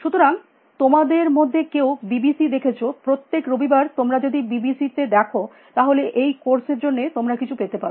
সুতরাং তোমাদের মধ্যে কেউ বি বি সিদেখেছ প্রত্যেক রবিবার তোমরা যদি বি বি সি দেখো তাহলে এই কোর্স এর জন্য তোমরা কিছু পেতে পার